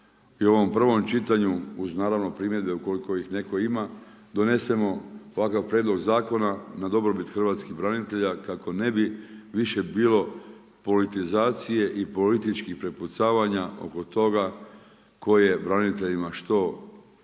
i u ovom prvom čitanju, uz naravno primjedbe ukoliko ih netko ima, donesemo ovakav prijedlog zakona na dobrobit hrvatskih branitelja, kako ne bi više bilo politizacije i političkih prepucavanja oko toga koje braniteljima što dao